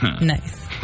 Nice